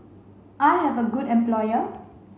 I have a good employer